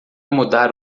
mudar